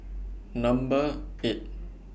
Number eight